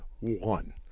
one